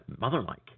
mother-like